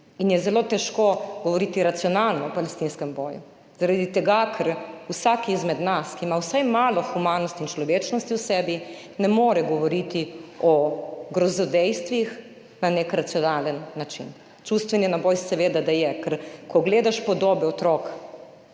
in je zelo težko govoriti racionalno o palestinskem boju, zaradi tega, ker vsak izmed nas, ki ima vsaj malo humanosti in človečnosti v sebi, ne more govoriti o grozodejstvih na nek racionalen način. Čustveni naboj, seveda, da je, ker ko gledaš podobe otrok,